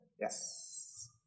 Yes